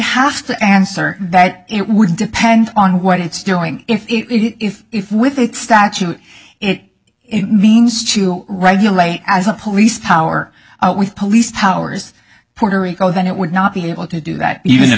have to answer that it would depend on what it's doing if if with the statute it it means to regulate as a police power with police powers puerto rico then it would not be able to do that even